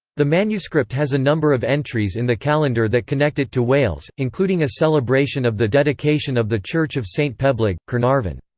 the manuscript has a number of entries in the calendar that connect it to wales, including a celebration of the dedication of the church of saint peblig, caernarfon.